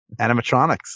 animatronics